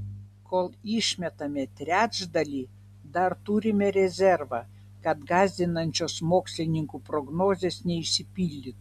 kol išmetame trečdalį dar turime rezervą kad gąsdinančios mokslininkų prognozės neišsipildytų